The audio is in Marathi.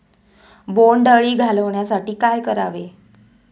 बोंडअळी घालवण्यासाठी काय करावे?